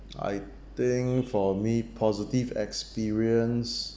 I think for me positive experience